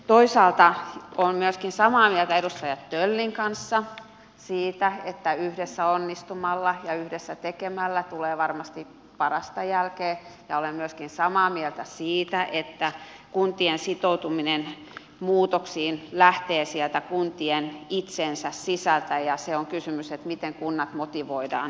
toisaalta olen myöskin samaa mieltä edustaja töllin kanssa siitä että yhdessä onnistumalla ja yhdessä tekemällä tulee varmasti parasta jälkeä ja olen myöskin samaa mieltä siitä että kuntien sitoutuminen muutoksiin lähtee sieltä kuntien itsensä sisältä ja se on kysymys että miten kunnat motivoidaan muutokseen